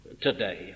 today